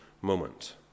moment